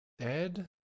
dead